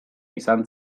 izan